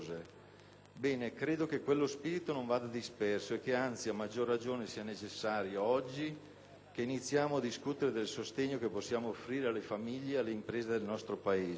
Bene, credo che quello spirito non vada disperso e che, anzi, a maggior ragione sia necessario oggi che iniziamo a discutere del sostegno che possiamo offrire alle famiglie e alle imprese del nostro Paese.